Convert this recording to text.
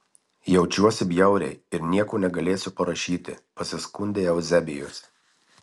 jaučiuosi bjauriai ir nieko negalėsiu parašyti pasiskundė euzebijus